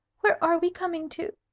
where are we coming to?